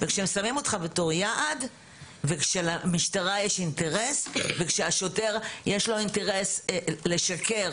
וכשהם שמים אותך בתור יעד וכשלמשטרה יש אינטרס וכשלשוטר יש אינטרס לשקר